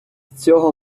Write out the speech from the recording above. цього